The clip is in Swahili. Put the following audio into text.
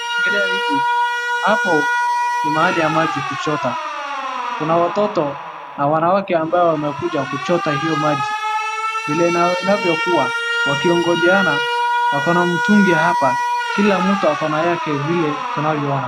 Nikiangalia hivi, hapo ni mahali ya maji kuchota, kuna watoto na wanawake ambao wamekuja kuchota hiyo maji, vile inavyokua wakiongojeana wako na mtungi hapa, kila mtu ako na yake vile tunavyoona.